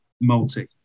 multi